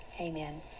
amen